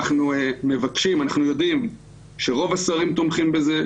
אנחנו יודעים שרוב השרים תומכים בזה,